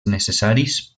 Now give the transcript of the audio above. necessaris